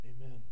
amen